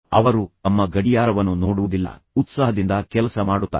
ಆದ್ದರಿಂದ ಅವರು ತಮ್ಮ ಗಡಿಯಾರವನ್ನು ನೋಡುವುದಿಲ್ಲ ಮತ್ತು ಕೆಲಸ ಅವರು ಕೆಲಸ ಮಾಡುತ್ತಾರೆ